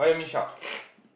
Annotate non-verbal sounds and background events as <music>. <noise>